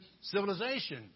civilization